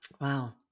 Wow